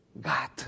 God